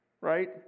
right